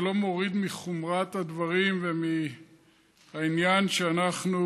זה לא מוריד מחומרת הדברים ומהעניין שאנחנו